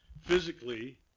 physically